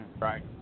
Right